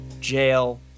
jail